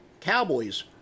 Cowboys